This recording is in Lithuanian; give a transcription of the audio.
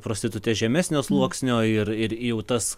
prostitute žemesnio sluoksnio ir ir jau tas